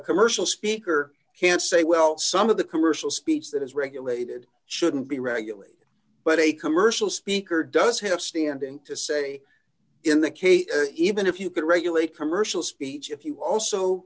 commercial speaker can say well some of the commercial speech that is regulated shouldn't be regulated but a commercial speaker does have standing to say in that case even if you could regulate commercial speech if you also